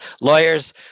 lawyers